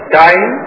time